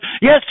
Yes